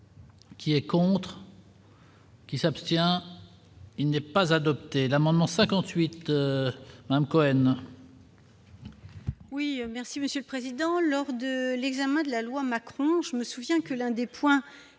Qui est contre. Qui s'abstient, il n'est pas adopté l'amendement 58 de M. Cohen.